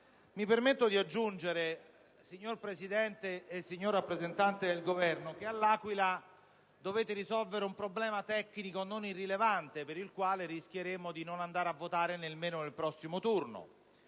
Mi permetto di aggiungere, signora Presidente e signor rappresentante del Governo, che all'Aquila si deve risolvere un problema tecnico non irrilevante per il quale rischieremo di non andare a votare nemmeno nel prossimo turno.